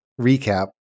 recap